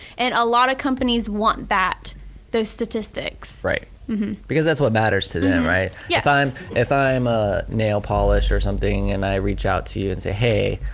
and a lot of companies want those statistics. right because that's what matters to them, right? yeah if i'm if i'm a nail polish or something and i reach out to you and say, hey,